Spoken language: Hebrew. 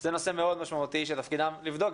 זה נושא מאוד משמעותי, ותפקידם לבדוק.